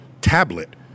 tablet